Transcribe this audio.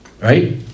right